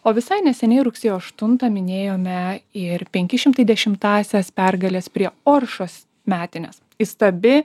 o visai neseniai rugsėjo aštuntą minėjome ir penki šimtai dešimtąsias pergalės prie oršos metines įstabi